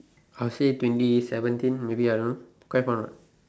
I'll say twenty seventeen maybe I don't know quite fun what